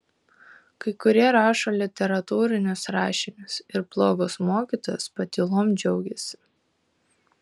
kai kurie rašo literatūrinius rašinius ir blogos mokytojos patylom džiaugiasi